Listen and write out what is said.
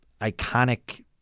iconic